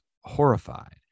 horrified